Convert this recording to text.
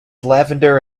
lavender